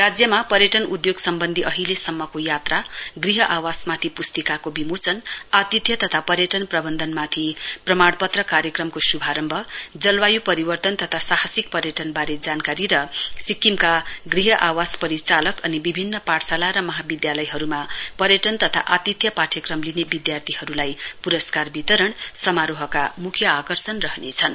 राज्यमा पर्यटन उद्योग सम्बन्धी अहिलेसम्मको यात्रा गृ आवासमाथि पुस्तिकाको विमोचन आतिथ्य तथा पर्टन प्रबन्धनमाथि प्रमाणपत्र कार्यक्रमको शुभारम्भ जलवायु परिवर्तन तथा साहसिक पर्यटनबारे जानकारी र सिक्किमका गृह आवास परिचालक अनि विभिन्न पाठशाला र महाविद्यालयहरूमा पर्यटन तथा अतिथ्य पाठ्यक्रम लिने विद्यार्थीहरूलाई पुरस्कार वितरण समारोहका मुख्य आकर्षण हुनेछन्